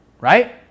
right